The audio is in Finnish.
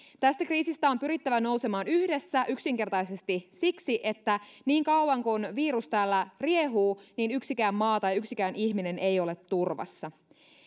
tästä kriisistä on pyrittävä nousemaan yhdessä yksinkertaisesti siksi että niin kauan kuin virus täällä riehuu yksikään maa tai yksikään ihminen ei ole turvassa